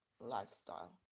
lifestyle